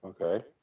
Okay